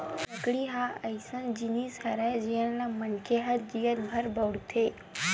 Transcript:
लकड़ी ह अइसन जिनिस हरय जेन ल मनखे ह जियत भर बउरथे